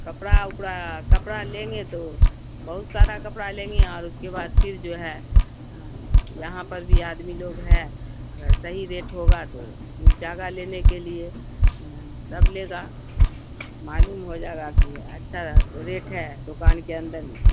کپڑا وپڑا کپڑا لیں گے تو بہت سارا کپڑا لیں گے اور اس کے بعد پھر جو ہے یہاں پر بھی آدمی لوگ ہے اگر صحیح ریٹ ہوگا تو پھر جاگا لینے کے لیے سب لے گا معلوم ہو جائے گا کہ اچھا ریٹ ہے دکان کے اندر میں